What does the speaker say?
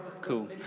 Cool